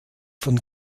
von